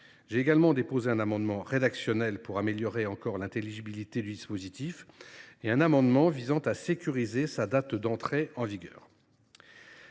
J’ai également déposé un amendement, rédactionnel, afin d’améliorer encore l’intelligibilité du dispositif, ainsi qu’un autre, visant à sécuriser sa date d’entrée en vigueur.